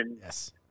Yes